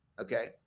okay